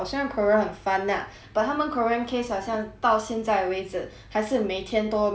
but 他们 current case 好像到现在为止还是每天都很多 case sia